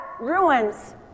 ruins